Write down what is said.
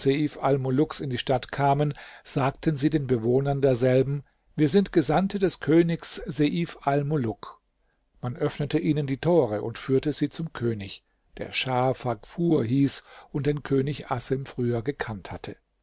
an die stadt kamen sagten sie den bewohnern derselben wir sind gesandte des königs seif almuluk man öffnete ihnen die tore und führte sie zum könig der schah faghfur hieß und den könig assem früher gekannt hatte